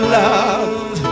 love